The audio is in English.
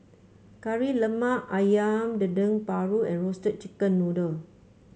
Kari Lemak ayam Dendeng Paru and Roasted Chicken Noodle